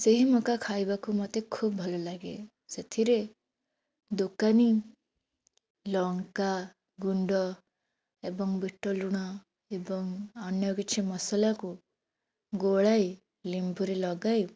ସେହି ମକା ଖାଇବାକୁ ମୋତେ ଖୁବ୍ ଭଲଲାଗେ ସେଥିରେ ଦୋକାନୀ ଲଙ୍କାଗୁଣ୍ଡ ଏବଂ ବିଟ୍ ଲୁଣ ଏବଂ ଅନ୍ୟକିଛି ମସଲାକୁ ଗୋଳାଇ ଲେମ୍ବୁରେ ଲଗାଇ